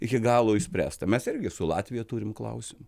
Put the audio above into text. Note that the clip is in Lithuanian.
iki galo išspręsta mes irgi su latvija turim klausimų